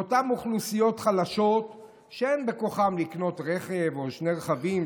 לאותן אוכלוסיות חלשות שאין בכוחן לקנות רכב או שני רכבים,